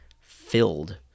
filled